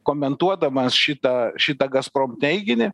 komentuodamas šitą šitą gazprom teiginį